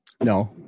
No